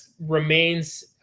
remains